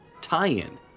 tie-in